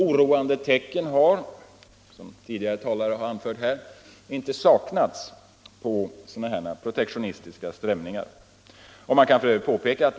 Oroande tecken på debatt protektionistiska strömningar har, som tidigare talare anfört, inte saknats.